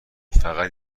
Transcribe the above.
فقط